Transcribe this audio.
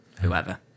whoever